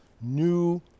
new